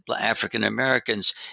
African-Americans